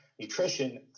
nutrition